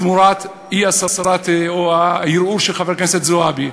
תמורת הערעור של חברת הכנסת זועבי.